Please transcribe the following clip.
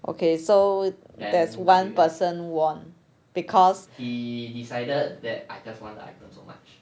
okay so that's one person won